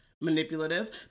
manipulative